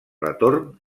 retorn